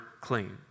clean